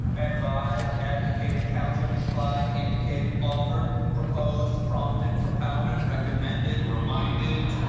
advised, advocated, counseled, implied, indicated, offered, proposed, prompted, propounded, recommended, reminded.